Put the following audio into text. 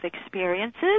Experiences